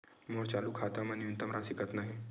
मोर चालू खाता मा न्यूनतम राशि कतना हे?